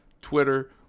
Twitter